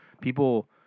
People